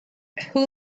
who